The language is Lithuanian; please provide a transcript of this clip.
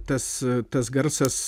tas tas garsas